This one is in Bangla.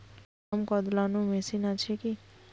বাদাম কদলানো মেশিন আছেকি?